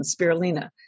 spirulina